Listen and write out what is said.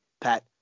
Pat